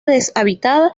deshabitada